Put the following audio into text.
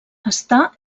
està